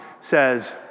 says